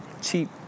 cheap